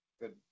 Good